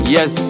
Yes